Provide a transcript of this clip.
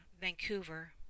Vancouver